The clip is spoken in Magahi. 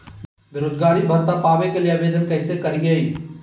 बेरोजगारी भत्ता पावे के लिए आवेदन कैसे करियय?